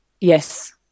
yes